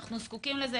אנחנו זקוקים לזה.